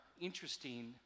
interesting